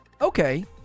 Okay